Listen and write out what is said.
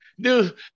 Dude